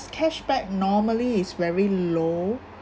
cashback normally is very low